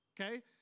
okay